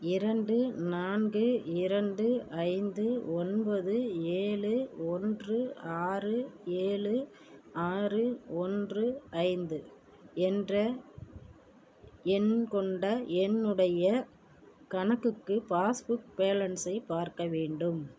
இரண்டு நான்கு இரண்டு ஐந்து ஒன்பது ஏழு ஒன்று ஆறு ஏழு ஆறு ஒன்று ஐந்து என்ற எண் கொண்ட என்னுடைய கணக்குக்கு பாஸ்புக் பேலன்ஸை பார்க்க வேண்டும்